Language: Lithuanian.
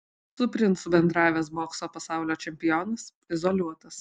su princu bendravęs bokso pasaulio čempionas izoliuotas